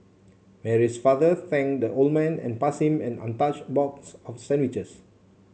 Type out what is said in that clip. Mary's father thanked the old man and passed him an untouched box of sandwiches